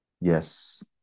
Yes